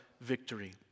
victory